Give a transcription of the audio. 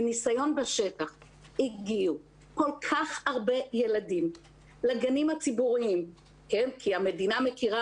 מניסיון בשטח הגיעו כל כך הרבה ילדים לגנים הציבוריים כי המדינה מכירה